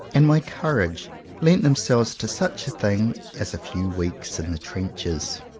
and my courage lent themselves to such a thing as a few weeks in the trenches?